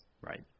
right